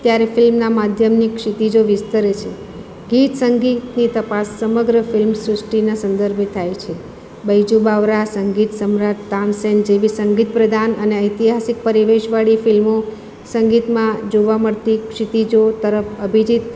ત્યારે ફિલ્મના માધ્યમની ક્ષિતિજો વિસ્તરે છે ગીત સંગીતની તપાસ સમગ્ર ફિલ્મ સૃષ્ટિના સંદર્ભે થાય છે બૈજુ બાવરા સંગીત સમ્રાટ તામસેન જે બી સંગીત પ્રધાન અને ઐતિહાસિક પરિવેશવાળી ફિલ્મો સંગીતમાં જોવા મળતી ક્ષિતિજો તરફ અભિજીત